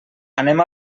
anem